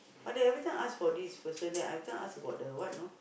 but they every time ask for this person then every time ask about the what you know